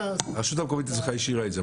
הרשות המקומית אצלך השאירה את זה.